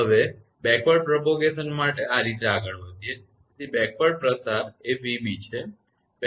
હવે બેકવર્ડ પ્રસાર માટે આ રીતે આગળ વધીએ તેથી બેકવર્ડ પ્રસાર આ 𝑣𝑏 છે